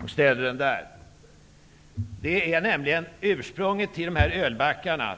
Jag ställer ölbacken här på talarstolen. Ursprunget till ölbackarna